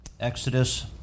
Exodus